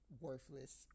worthless